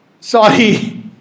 sorry